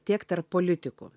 tiek tarp politikų